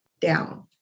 down